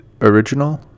original